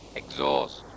exhaust